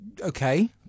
okay